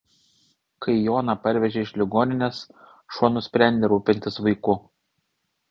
kai joną parvežė iš ligoninės šuo nusprendė rūpintis vaiku